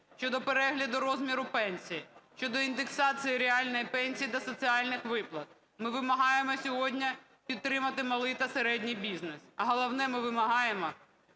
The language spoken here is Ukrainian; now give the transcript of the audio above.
щодо перегляду розміру пенсій, щодо індексації реальної пенсії до соціальних виплат. Ми вимагаємо сьогодні підтримати малий та середній бізнес, а головне, ми вимагаємо